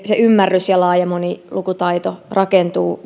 se ymmärrys ja laaja monilukutaito rakentuu